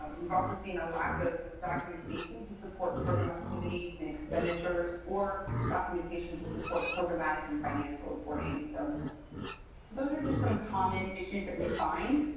we've also seen a lack of documentation to support program activities and expenditures or documentation to support programmatic and financial reporting. so those are just some common issues that we find.